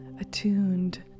attuned